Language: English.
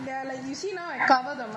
ya like you see now I cover the mic